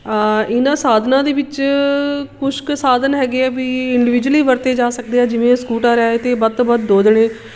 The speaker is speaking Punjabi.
ਇਹਨਾਂ ਸਾਧਨਾਂ ਦੇ ਵਿੱਚ ਕੁਛ ਕੁ ਸਾਧਨ ਹੈਗੇ ਆ ਵੀ ਇੰਡੀਵਿਜ਼ੂਅਲੀ ਵਰਤੇ ਜਾ ਸਕਦੇ ਆ ਜਿਵੇਂ ਸਕੂਟਰ ਹੈ ਅਤੇ ਵੱਧ ਤੋਂ ਵੱਧ ਦੋ ਜਣੇ